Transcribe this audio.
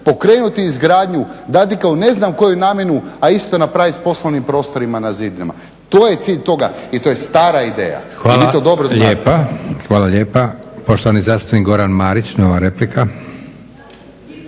pokrenuti izgradnju, dati kao ne znam koju namjenu, a isto napraviti sa poslovnim prostorima na zidinama. To je cilj toga i to je stara ideja i vi to dobro znate. **Leko, Josip (SDP)** Hvala lijepa. Poštovani zastupnik Goran Marić nova replika.